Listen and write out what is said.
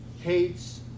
hates